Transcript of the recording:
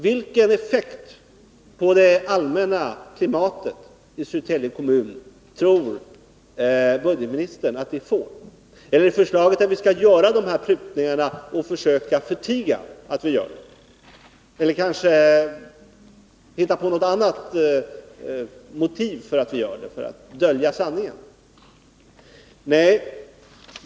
Vilken effekt på det allmänna klimatet i Södertälje kommun tror budgetministern att det skulle få? Eller skall vi göra dessa prutningar och försöka förtiga dem, hitta på något annat motiv för att vi gör dem och således dölja sanningen?